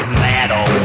metal